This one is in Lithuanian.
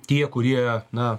tie kurie na